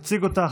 מס' 173 ו-179.